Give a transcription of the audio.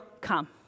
come